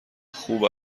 خوب